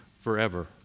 forever